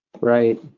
Right